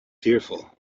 fearful